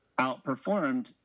outperformed